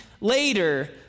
later